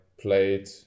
played